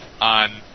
on